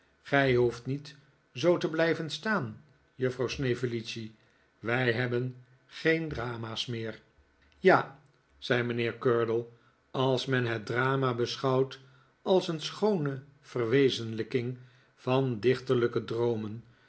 gij hoeft niet zoo te blijven staan juffrouw snevellicci wij hebben geen drama's meer ja zei mijnheer curdle als men het drama beschouwt als een schoone verwezenlijking van dichterlijke droomen